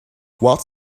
what